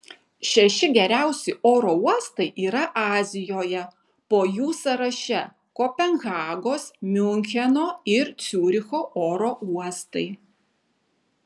šeši geriausi oro uostai yra azijoje po jų sąraše kopenhagos miuncheno ir ciuricho oro uostai